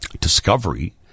discovery